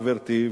גברתי,